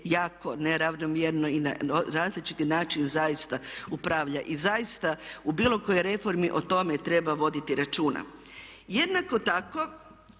jako neravnomjerno i na različiti način zaista upravlja i zaista u bilo kojoj reformi o tome treba voditi računa. Jednako tako